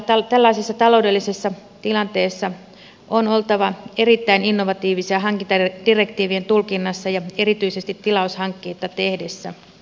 tällaisessa taloudellisessa tilanteessa on oltava erittäin innovatiivisia hankintadirektiivien tulkinnassa ja erityisesti tilaushankkeita tehtäessä